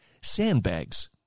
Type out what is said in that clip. sandbags